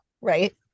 Right